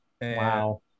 wow